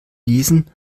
lesen